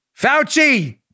Fauci